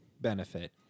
benefit